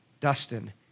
Dustin